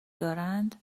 دارند